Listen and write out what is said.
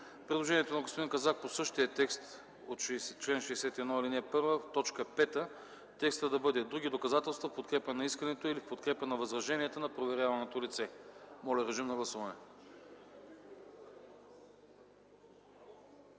предложение на господин Казак по същия текст – чл. 61, ал. 1, т. 5, текстът да бъде: „други доказателства в подкрепа на искането или в подкрепа на възражението на проверяваното лице”. Режим на гласуване.